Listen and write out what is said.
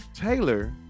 Taylor